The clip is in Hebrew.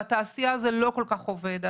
בתעשייה העניין הזה לא כל כך עובד.